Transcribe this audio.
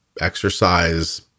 Exercise